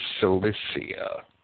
Cilicia